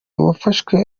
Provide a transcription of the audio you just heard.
wafashwe